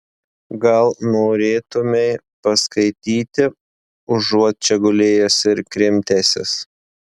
gal norėtumei paskaityti užuot čia gulėjęs ir krimtęsis